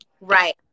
Right